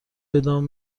بدان